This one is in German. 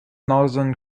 northern